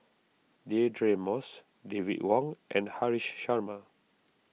Deirdre Moss David Wong and Haresh Sharma